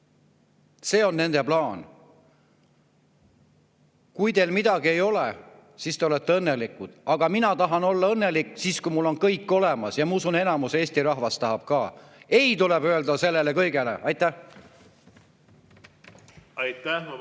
See on nende plaan. Kui teil midagi ei ole, siis te olete õnnelikud! Aga mina tahan olla õnnelik siis, kui mul on kõik olemas. Ja ma usun, et enamus Eesti rahvast tahab ka. Ei tuleb öelda sellele kõigele! Aitäh! Aitäh!